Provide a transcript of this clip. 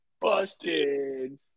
Busted